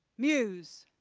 muse,